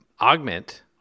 augment